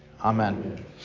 Amen